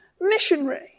missionary